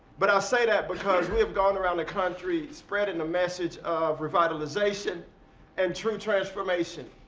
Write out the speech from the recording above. but i say that because we have gone around the country spreading the message of revitalization and true transformation.